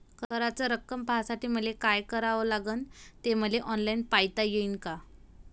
कराच रक्कम पाहासाठी मले का करावं लागन, ते मले ऑनलाईन पायता येईन का?